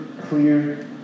clear